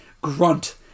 grunt